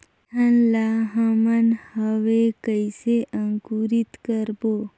बिहान ला हमन हवे कइसे अंकुरित करबो?